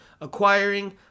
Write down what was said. acquiring